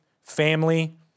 family